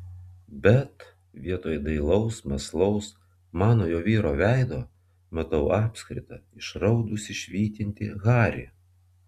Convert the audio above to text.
bet vietoj dailaus mąslaus manojo vyro veido matau apskritą išraudusį švytintį harį